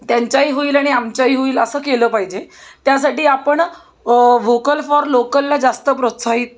त्यांच्याही होईल आणि आमच्याही होईल असं केलं पाहिजे त्यासाठी आपण व्होकल फॉर लोकलला जास्त प्रोत्साहित